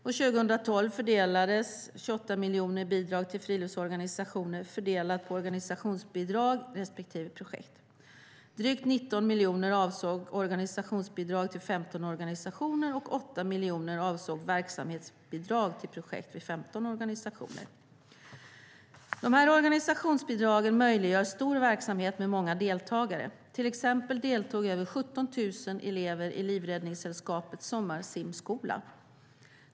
År 2012 fördelades 28 miljoner kronor i bidrag till friluftsorganisationer, fördelat på organisationsbidrag och projekt. Drygt 19 miljoner avsåg organisationsbidrag till 15 organisationer, och 8 miljoner avsåg verksamhetsbidrag till projekt vid 15 organisationer. Organisationsbidragen möjliggör stor verksamhet med många deltagare. Till exempel deltog över 17 000 elever i Livräddningssällskapets sommarsimskola.